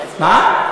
מה?